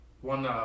one